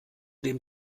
dem